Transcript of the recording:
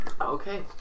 Okay